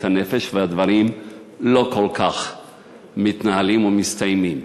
הנפש והדברים לא כל כך מתנהלים ומסתיימים.